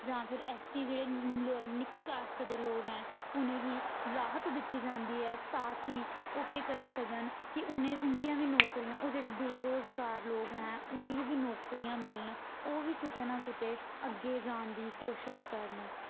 जां फिर S T जेह्ड़े निक्की कास्ट दे लोक ऐं उ'नेंगी राहत दित्ती जंदी ऐ ताकि ओह् केह् करी सकन कि उ'नें उंदियां बी नौकरियां ओह् जेह्ड़े बेरोजगार लोक ऐं उ'नेंगी बी नौकरियां मिलन ओह् बी कुतै ना कुतै अग्गें जान दी कोशिश करन